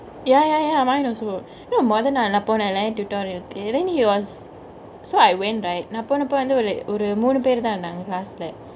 ya ya ya mine also you know மொத நாள் போனல:mothe naal naa ponele tutorial கு:ku then he was so I went right நா போனப்ப வந்து:naa ponepo vanthu like ஒரு மூனு பேர்தா இருந்தாங்க:oru moonu peruthaa irunthangke class ல:le